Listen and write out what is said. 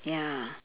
ya